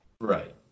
Right